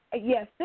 yes